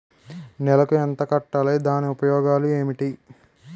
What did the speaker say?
నెలకు ఎంత కట్టాలి? దాని ఉపయోగాలు ఏమిటి?